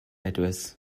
address